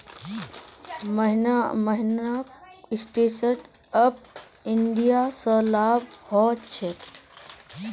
मोहनक stand up India स लाभ ह छेक